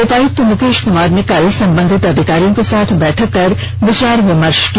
उपायुक्त मुकेश क्मार ने कल संबंधित अधिकारियों के साथ बैठक कर विचार विमर्श किया